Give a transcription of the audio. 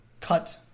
cut